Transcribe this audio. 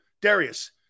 Darius